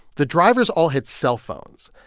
the drivers all had cellphones,